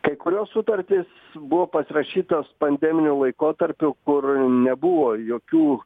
kai kurios sutartys buvo pasirašytos pandeminiu laikotarpiu kur nebuvo jokių